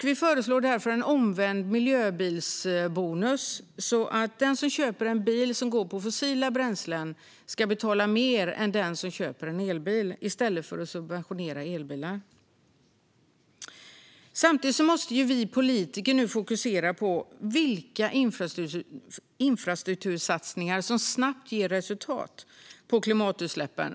Vi föreslår därför en omvänd miljöbilsbonus som innebär att i stället för att vi subventionerar elbilar ska den som köper en bil som går på fossila bränslen betala mer än den som köper en elbil. Samtidigt måste vi politiker nu fokusera på vilka infrastruktursatsningar som snabbt ger effekt på klimatutsläppen.